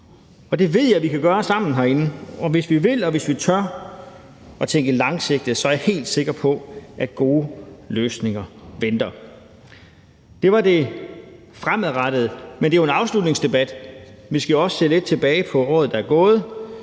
Det ved jeg vi kan gøre sammen herinde, og hvis vi vil, og hvis vi tør at tænke langsigtet, er jeg helt sikker på, at gode løsninger venter. Det var det fremadrettede. Men det er jo en afslutningsdebat, så vi skal også se lidt tilbage på året, der er gået,